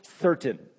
certain